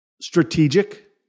strategic